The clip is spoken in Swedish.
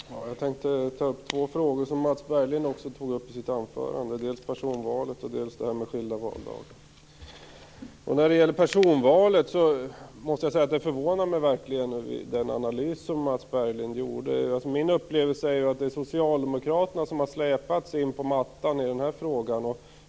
Fru talman! Jag tänker ta upp två frågor som också Mats Berglind tog upp i sitt anförande, dels personvalet, dels skilda valdagar. När det gäller personvalet förvånar den analys som Mats Berglind gjorde mig verkligen. Min upplevelse är att det är socialdemokraterna som släpats in på mattan i denna fråga.